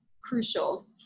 crucial